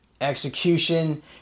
Execution